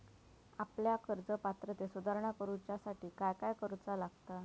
आपल्या कर्ज पात्रतेत सुधारणा करुच्यासाठी काय काय करूचा लागता?